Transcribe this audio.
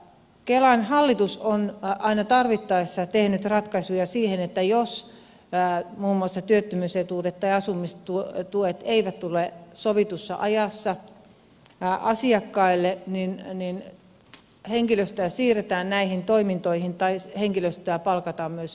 kelan hallitus on aina tarvittaessa tehnyt ratkaisuja siinä että jos muun muassa työttömyysetuudet tai asumistuet eivät tule sovitussa ajassa asiakkaille niin henkilöstöä siirretään näihin toimintoihin tai henkilöstöä palkataan myös lisää